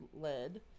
led